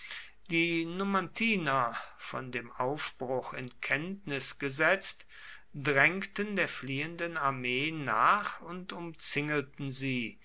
die numantiner von dem aufbruch in kenntnis gesetzt drängten der fliehenden armee nach und umzingelten sie